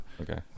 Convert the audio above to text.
Okay